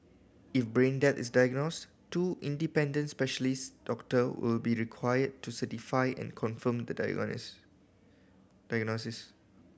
if brain death is diagnosed two independent specialist doctor will be required to certify and confirm the diagnosis